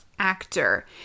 actor